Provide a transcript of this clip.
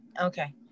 Okay